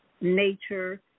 nature